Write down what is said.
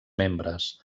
membres